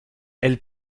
elle